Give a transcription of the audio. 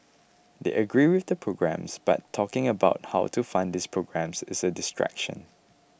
they agree with the programmes but talking about how to fund these programmes is a distraction